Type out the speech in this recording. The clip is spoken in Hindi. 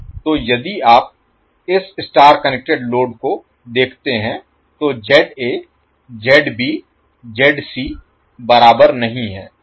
तो यदि आप इस स्टार कनेक्टेड लोड को देखते हैं तो बराबर नहीं हैं